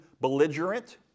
belligerent